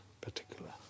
particular